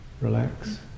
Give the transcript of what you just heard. relax